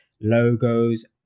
logos